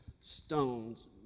Stones